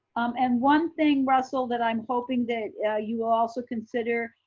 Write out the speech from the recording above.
and one thing, russell, that i'm hoping that you also consider.